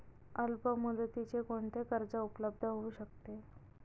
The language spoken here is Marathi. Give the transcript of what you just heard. अल्पमुदतीचे कोणते कर्ज उपलब्ध होऊ शकते?